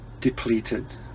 depleted